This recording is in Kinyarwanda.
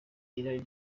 irari